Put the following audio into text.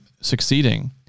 succeeding